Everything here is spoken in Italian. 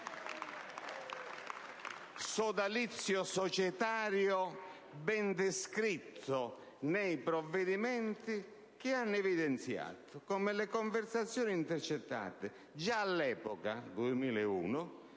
sodalizio societario ben descritto nei provvedimenti, che hanno evidenziato come le conversazioni intercettate, già all'epoca, nel 2001,